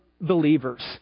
believers